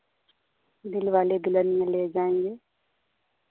दिलवाले दुल्हनियाँ ले जाएंगे